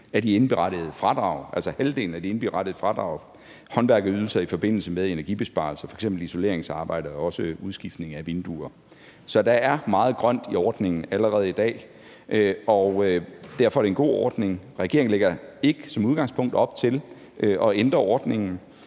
Således vedrører cirka halvdelen af de indberettede fradrag håndværkerydelser i forbindelse med energibesparelser, f.eks. isoleringsarbejde og udskiftning af vinduer. Så der er meget grønt i ordningen allerede i dag, og derfor er det en god ordning, og regeringen lægger ikke som udgangspunkt op til at ændre ordningen.